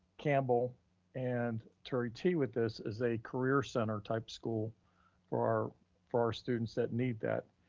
campbell and turie t. with this, is a career center-type school for our for our students that need that.